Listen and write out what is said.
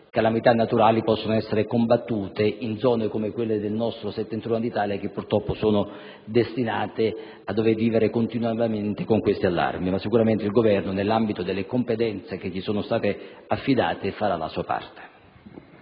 calamità naturali possono essere combattute in zone come quelle del nostro Settentrione d'Italia, che purtroppo sono destinate a dover vivere continuativamente con questi allarmi. Sicuramente il Governo, nell'ambito delle competenze che gli sono state affidate, farà la sua parte.